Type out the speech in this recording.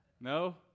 No